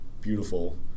beautiful